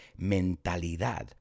mentalidad